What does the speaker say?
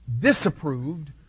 disapproved